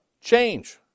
change